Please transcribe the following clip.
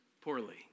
poorly